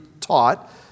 taught